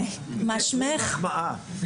זו מחמאה.